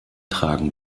tragen